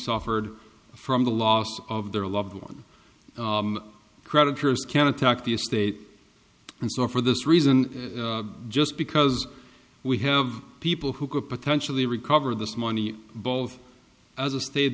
offered from the loss of their loved one creditors can attack the estate and so for this reason just because we have people who could potentially recover this money both as a state